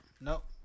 Nope